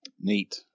Neat